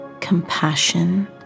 compassion